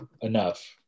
enough